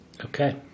Okay